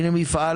אם הוא